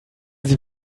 sie